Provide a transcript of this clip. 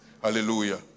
Hallelujah